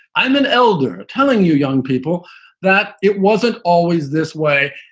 i'm an elder telling you young people that it wasn't always this way.